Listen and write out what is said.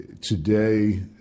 Today